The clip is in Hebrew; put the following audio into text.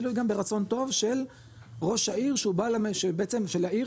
תלוי גם ברצון טוב של ראש העיר שבעצם של העיר